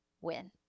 win